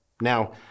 Now